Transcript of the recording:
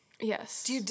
Yes